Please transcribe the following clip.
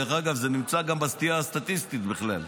דרך אגב, זה נמצא גם בסטייה הסטטיסטית בכלל.